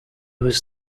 was